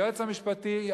היועץ המשפטי,